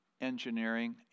engineering